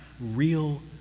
real